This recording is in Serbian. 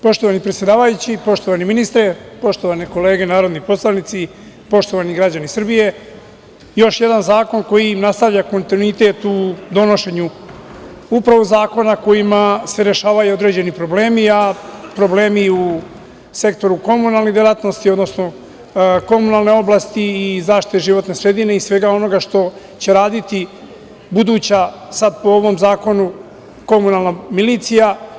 Poštovani predsedavajući i poštovani ministre, poštovane kolege narodni poslanici, poštovani građani Srbije, još jedan zakon koji nastavlja kontinuitet u donošenju upravo zakona kojima se rešavaju određeni problemi, a problemi u sektoru komunalne delatnosti, odnosno komunalne oblasti i zaštite životne sredine i svega onoga što će raditi buduća, sad po ovom zakonu, komunalna milicija.